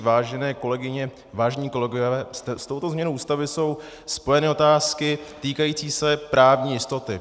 Vážené kolegyně, vážení kolegové, s touto změnou Ústavy jsou spojeny otázky týkající se právní jistoty.